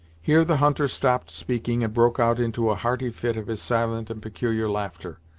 here the hunter stopped speaking and broke out into a hearty fit of his silent and peculiar laughter.